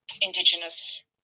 Indigenous